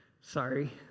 sorry